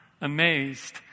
amazed